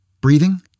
Breathing